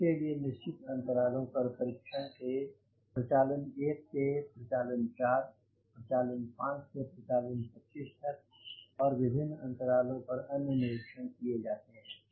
जिसके लिए निश्चित अंतरालों पर परीक्षण के प्रचालन 1 से प्रचालन 4 प्रचालन 5 से प्रचालन 25 तक और विभिन्न अंतरालों पर अन्य निरीक्षण किये जाते हैं